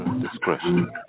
discretion